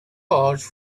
large